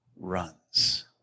runs